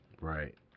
Right